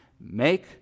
Make